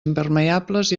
impermeables